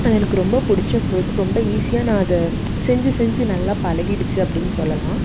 அது எனக்கு ரொம்ப புடிச்ச ஃபுட் ரொம்ப ஈஸியாக நான் அதை செஞ்சு செஞ்சு நல்லா பழகிடுச்சி அப்படினு சொல்லலாம்